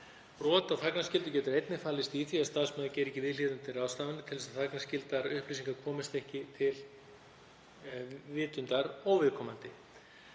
Brot á þagnarskyldu getur einnig falist í því að starfsmaður gerir ekki viðhlítandi ráðstafanir til þess að þagnarskyldar upplýsingar komist ekki til vitundar óviðkomandi.